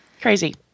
Crazy